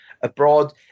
abroad